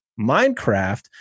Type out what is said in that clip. Minecraft